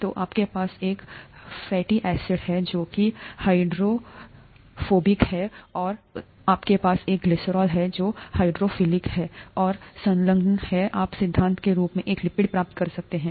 तो आपके पास एक फैटी एसिड है जो हाइड्रोफोबिक है और आपके पास ग्लिसरॉल है जो हाइड्रोफिलिक है और संलग्न है आप सिद्धांत रूप में एक लिपिड प्राप्त कर सकते हैं